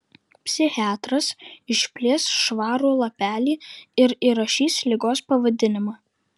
psichiatras išplėš švarų lapelį ir įrašys ligos pavadinimą